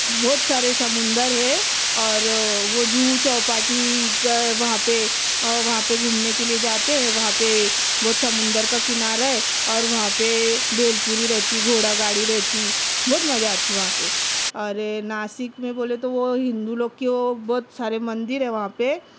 بہت سارے سمندر ہے اور وہ جوہو چوپاٹی کا وہاں پہ آ وہاں گھومنے کے لیے جاتے ہیں وہاں پہ بہت سمندر کا کنارہ ہے اور وہاں پہ بھیل پوڑی رہتی گھوڑا گاڑی رہتی بہت مزہ آتی وہاں پہ ارے ناسک میں بولے تو وہ ہندو لوگ کی وہ بہت سارے مندر ہیں وہاں پہ